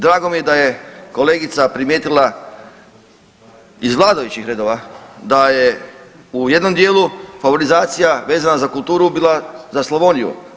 Drago mi je da je kolegica primijetila iz vladajućih redova da je u jednom dijelu favorizacija vezana za kulturu bila za Slavoniju.